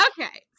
Okay